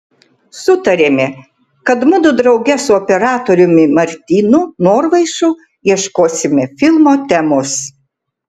sutarėme kad mudu drauge su operatoriumi martynu norvaišu ieškosime filmo temos